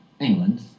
England